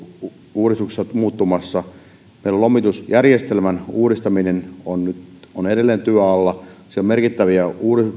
uudistuksessa muuttumassa meillä on lomitusjärjestelmän uudistaminen edelleen työn alla siellä on merkittäviä